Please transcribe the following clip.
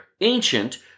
ancient